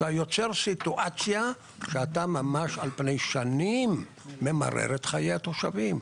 אתה יוצר סיטואציה שאתה ממש על פני שנים ממרר את חיי התושבים.